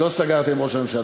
לא סגרתם עם ראש הממשלה.